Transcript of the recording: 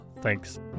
Thanks